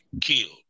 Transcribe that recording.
killed